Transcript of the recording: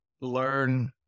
learn